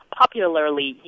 popularly